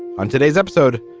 on today's episode,